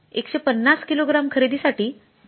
आणि तर १५० किलोग्रॅम खरेदी साठी २